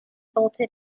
bolted